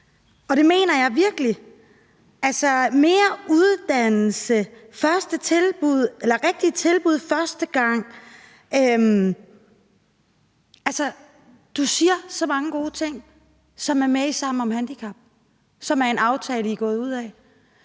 Det mener jeg virkelig. Altså, mere uddannelse, det rigtige tilbud første gang – du siger så mange gode ting, som er med i Sammen om handicap, som er en aftale, I er gået ud af.